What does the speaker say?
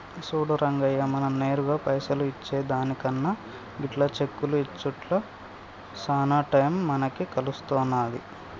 సూడు రంగయ్య మనం నేరుగా పైసలు ఇచ్చే దానికన్నా గిట్ల చెక్కులు ఇచ్చుట్ల సాన టైం మనకి కలిసొస్తాది